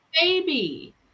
baby